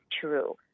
true